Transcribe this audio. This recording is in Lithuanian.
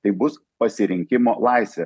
tai bus pasirinkimo laisvė